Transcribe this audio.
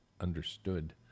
understood